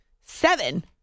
seven